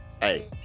Hey